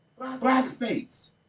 blackface